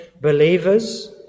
believers